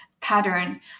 pattern